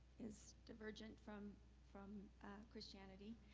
is divergent from from christianity.